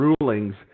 rulings